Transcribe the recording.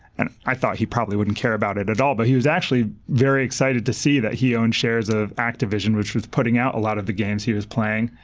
and i thought he probably wouldn't care about it at all, but he was actually very excited to see that he owned shares of activision, which was putting out a lot of the games he was playing.